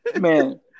Man